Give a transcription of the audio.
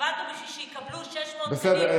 עבדנו בשביל שיקבלו 600 תקנים, בסדר.